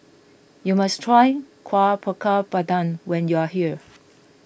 you must try Kueh Bakar Pandan when you are here